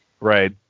Right